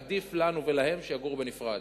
עדיף לנו ולהם שיגורו בנפרד.